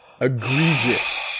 egregious